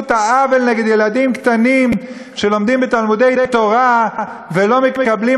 את העוול נגד ילדים קטנים שלומדים בתלמודי-תורה ולא מקבלים